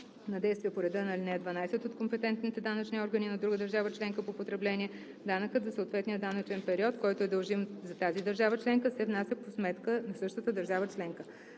на действия по реда на ал. 12 от компетентните данъчни органи на друга държава членка по потребление данъкът за съответния данъчен период, който е дължим за тази държава членка, се внася по сметка на същата държава членка.